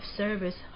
service